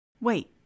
Wait